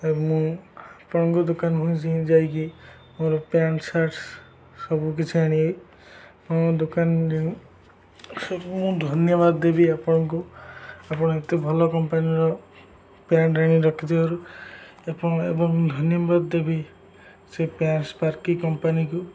ମୁଁ ଆପଣଙ୍କ ଦୋକାନ ଯାଇକି ମୋର ପ୍ୟାଣ୍ଟ ସାର୍ଟ ସବୁ କିିଛି ଆଣିବି ଆପଣ ଦୋକାନ ସବୁ ମୁଁ ଧନ୍ୟବାଦ ଦେବି ଆପଣଙ୍କୁ ଆପଣ ଏତେ ଭଲ କମ୍ପାନୀର ପ୍ୟାଣ୍ଟ ଆଣି ରଖିଥିବାରୁ ଏବଂ ଏବଂ ଧନ୍ୟବାଦ ଦେବି ସେ ପ୍ୟାଣ୍ଟ ସ୍ପାର୍କି କମ୍ପାନୀକୁ